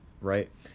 right